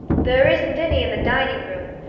there isn't any in the dining-room,